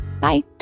Bye